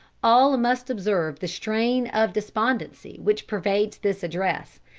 all must observe the strain of despondency which pervades this address,